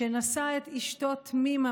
שנשא את אשתו תמימה,